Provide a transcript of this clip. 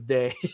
day